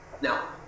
Now